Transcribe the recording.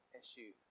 issue